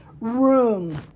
room